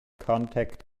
contact